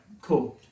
cool